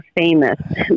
famous